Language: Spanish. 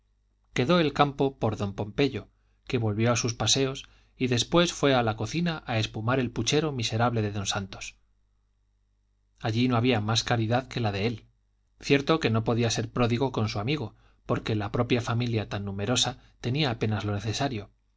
quedó el campo por don pompeyo que volvió a sus paseos y después fue a la cocina a espumar el puchero miserable de don santos allí no había más caridad que la de él cierto que no podía ser pródigo con su amigo porque la propia familia tan numerosa tenía apenas lo necesario